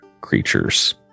creatures